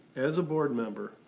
as a board member,